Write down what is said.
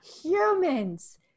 humans